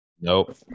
Nope